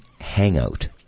hangout